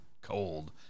cold